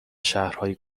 شهرهای